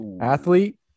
Athlete